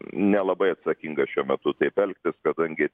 nelabai atsakinga šiuo metu taip elgtis kadangi